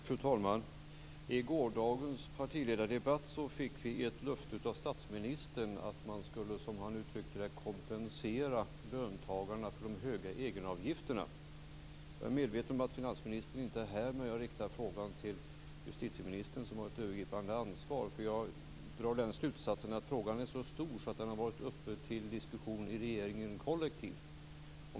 Fru talman! I gårdagens partiledardebatt fick vi ett löfte av statsministern om att man skulle, som han uttryckte det, kompensera löntagarna för de höga egenavgifterna. Jag är medveten om att finansministern inte är här, men jag riktar frågan till justitieministern, som har ett övergripande ansvar. Jag drar nämligen slutsatsen att frågan är så stor att den har varit uppe för diskussion i regeringen kollektivt.